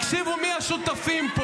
הקשיבו מי השותפים.